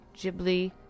Ghibli